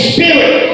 Spirit